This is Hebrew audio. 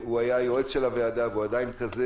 הוא היה יועץ של הוועדה והוא עדיין כזה